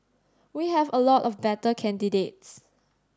we have a lot of better candidates